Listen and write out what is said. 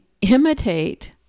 imitate